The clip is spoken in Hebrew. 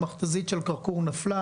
המכת"זית של כרכור נפלה,